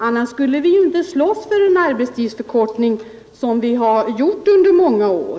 Annars skulle vi inte slåss för en arbetstidsförkortning, något som vi ju gjort under många år.